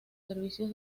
servicios